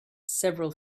several